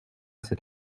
cet